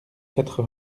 quatre